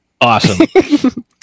Awesome